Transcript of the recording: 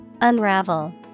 Unravel